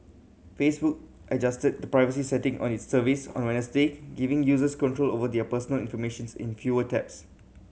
Facebook adjusted the privacy setting on its service on Wednesday giving users control over their personal information's in fewer taps